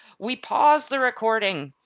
we pause the recording,